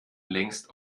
längst